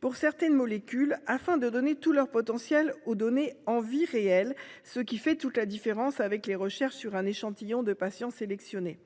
pour certaines molécules, afin de donner tout leur potentiel aux données en vie réelle, ce qui fait toute la différence avec les recherches sur un échantillon de patients sélectionnés.